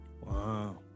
Wow